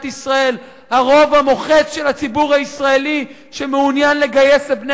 ישראל הרוב המוחץ של הציבור הישראלי שמעוניין לגייס את בני